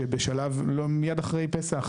שמיד אחרי פסח,